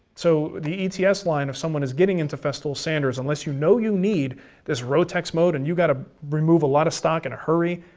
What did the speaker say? so the ets line if someone is getting into festool sanders unless you know you need this rotex mode, and you got to remove a lot of stock in a hurry,